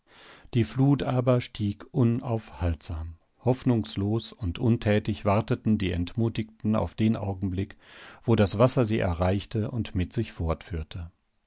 die flut aber stieg unaufhaltsam hoffnungslos und untätig warteten die entmutigten auf den augenblick wo das wasser sie erreichte und mit sich fortführte